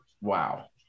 Wow